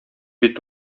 бит